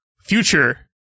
future